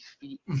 feet